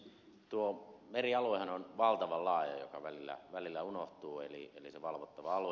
tuo merialuehan on valtavan laaja mikä välillä unohtuu eli se valvottava alue